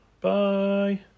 Bye